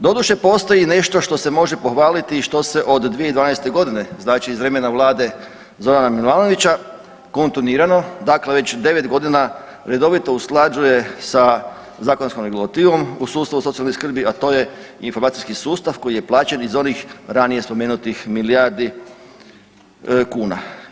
Doduše postoji nešto što se može pohvaliti i što se od 2012.g. znači iz vremena vlade Zorana Milanovića kontinuirano već devet godina redovito usklađuje sa zakonskom regulativom u sustavu socijalne skrbi, a to je informacijski sustav koji je plaćen iz onih ranije spomenutih milijardi kuna.